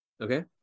Okay